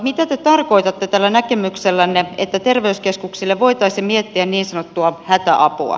mitä te tarkoitatte tällä näkemyksellänne että terveyskeskuksille voitaisiin miettiä niin sanottua hätäapua